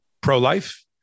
pro-life